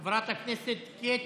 חברת הכנסת קטי שטרית.